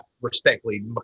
respectfully